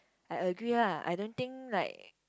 I agree ah I don't think like